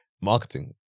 marketing